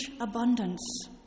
abundance